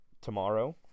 tomorrow